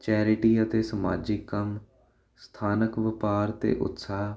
charity ਅਤੇ ਸਮਾਜਿਕ ਕੰਮ ਸਥਾਨਕ ਵਪਾਰ ਅਤੇ ਉਤਸਾਹ